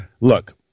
look